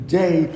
day